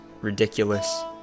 ridiculous